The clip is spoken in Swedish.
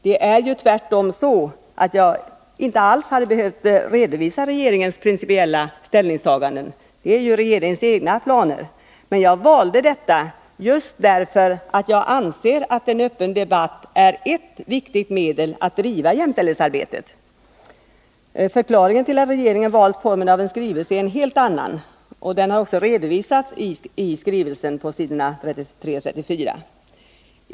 Det är ju tvärtom så att jag inte alls för riksdagen hade behövt redovisa regeringens principiella ställningstaganden, som ju är regeringens egna planer. Men jag valde att göra detta just därför att jag anser att en öppen debatt är ert viktigt medel att driva jämställdhetsarbetet. Förklaringen till att regeringen valt formen av en skrivelse är en helt annan, och den har redovisats särskilt i regeringsskrivelsen på s. 33-34.